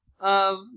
of-